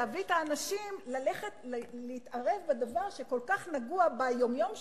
להביא את האנשים להתערב בדבר שכל כך נוגע ביום-יום שלהם,